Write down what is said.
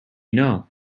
know